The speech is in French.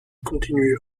continue